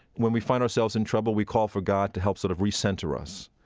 when we find ourselves in trouble, we call for god to help sort of recenter us.